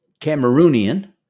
Cameroonian